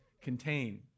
contain